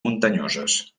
muntanyoses